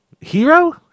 Hero